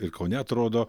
ir kaune atrodo